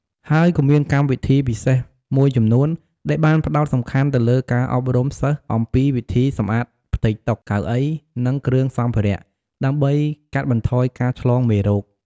ហើយក៏មានកម្មវិធីពិសេសមួយចំនួន ដែលបានផ្តោតសំខាន់ទៅលើការអប់រំសិស្សអំពីវិធីសម្អាតផ្ទៃតុ កៅអី និងគ្រឿងសម្ភារៈ ដើម្បីកាត់បន្ថយការឆ្លងមេរោគ។